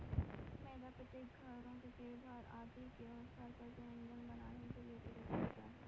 मैदा प्रत्येक घरों में त्योहार आदि के अवसर पर व्यंजन बनाने के लिए प्रयुक्त होता है